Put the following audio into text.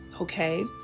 Okay